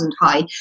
high